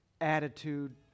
attitude